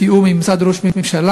בתיאום עם משרד ראש הממשלה,